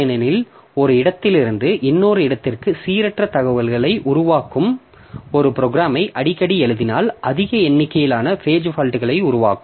ஏனெனில் ஒரு இடத்திலிருந்து இன்னொரு இடத்திற்கு சீரற்ற தாவல்களை உருவாக்கும் ஒரு ப்ரோக்ராமை அடிக்கடி எழுதினால் அதிக எண்ணிக்கையிலான பேஜ் ஃபால்ட்களை உருவாக்கும்